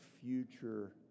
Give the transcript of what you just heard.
future